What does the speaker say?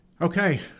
okay